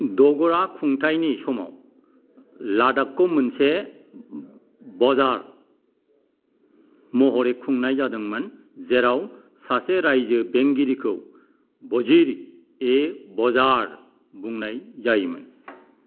डगरा खुंथायनि समाव लादाखखौ मोनसे बजारत महरै खुंनाय जादोंमोन जेराव सासे रायजो बेंगिरिखौ बजिर ए बजारत बुंनाय जायोमोन